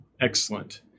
excellent